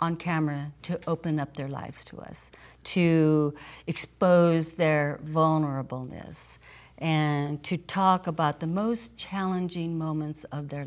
on camera to open up their lives to us to expose their vulnerable in this and to talk about the most challenging moments of their